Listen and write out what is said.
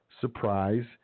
surprise